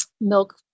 milk